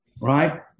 right